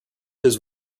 his